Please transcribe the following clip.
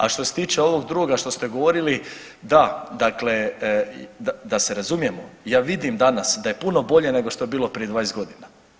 A što se tiče ovog drugoga što ste govorili, da dakle da se razumijemo ja vidim danas da je puno bolje nego što je bilo prije 20 godina.